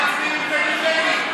בני בגין.